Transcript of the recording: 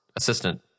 assistant